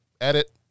Edit